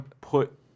put